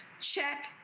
check